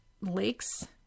lakes